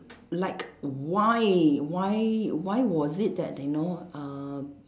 like why why why was it that they know uh